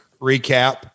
recap